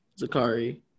Zakari